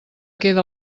queda